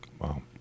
Wow